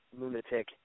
lunatic